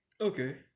Okay